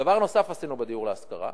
דבר נוסף עשינו בדיור להשכרה: